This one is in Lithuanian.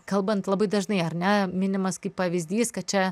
kalbant labai dažnai ar ne minimas kaip pavyzdys kad čia